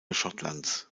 schottlands